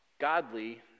godly